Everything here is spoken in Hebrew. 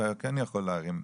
אתה כן יכול להרים,